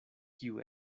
kiu